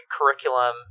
curriculum